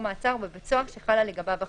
מעצר או בבית סוהר שחלה לגביו ההכרזה.